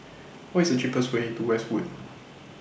What IS The cheapest Way to Westwood